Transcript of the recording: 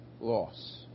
Loss